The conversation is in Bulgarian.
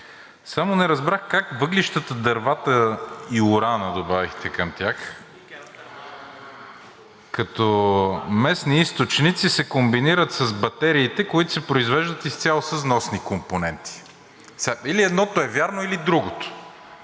Само не разбрах как въглищата, дървата и урана добавихте към тях, а като местни източници се комбинират с батериите, които се произвеждат изцяло с вносни компоненти. Сега или едното е вярно, или другото,